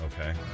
Okay